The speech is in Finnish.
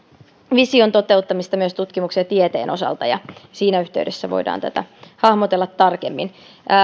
vision toteuttamista myös tutkimuksen ja tieteen osalta ja siinä yhteydessä voidaan tätä hahmotella tarkemmin